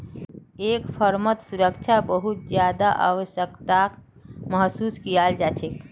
एक फर्मत सुरक्षा बहुत ज्यादा आवश्यकताक महसूस कियाल जा छेक